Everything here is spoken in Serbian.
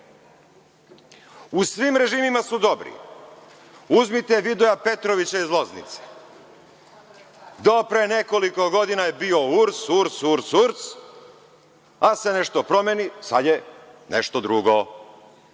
U svim režimima su dobri. Uzmite Vidoja Petrovića iz Loznice, do pre nekoliko godina je bio URS, URS, URS, URS, a se nešto promeni, sad je nešto drugo,